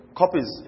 copies